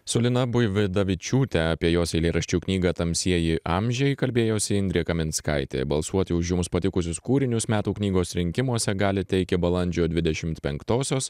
su lina buividavičiūte apie jos eilėraščių knygą tamsieji amžiai kalbėjosi indrė kaminskaitė balsuoti už jums patikusius kūrinius metų knygos rinkimuose galite iki balandžio dvidešimt penktosios